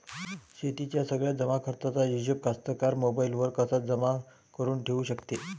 शेतीच्या सगळ्या जमाखर्चाचा हिशोब कास्तकार मोबाईलवर कसा जमा करुन ठेऊ शकते?